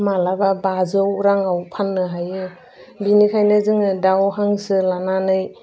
माब्लाबा बाजौ राङाव फाननो हायो बेनिखायनो जोङो दाउ हांसो लानानै